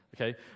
okay